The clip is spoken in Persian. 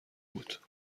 بود